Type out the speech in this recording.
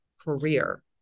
career